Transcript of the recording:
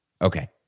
Okay